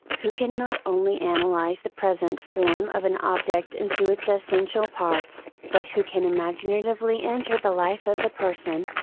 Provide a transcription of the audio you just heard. who can not only analyze the present form of an object into its essential parts, but who can imaginatively enter the life of the person,